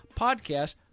podcast